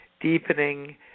deepening